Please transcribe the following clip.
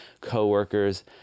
coworkers